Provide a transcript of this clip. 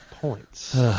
points